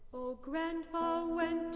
o grandpa went